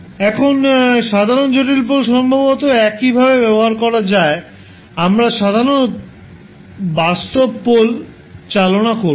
এখন সাধারণ জটিল পোল সম্ভবত একইভাবে ব্যবহার করা যায় আমরা সাধারণ বাস্তব পোল চালনা করবো